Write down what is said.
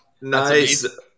Nice